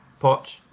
Poch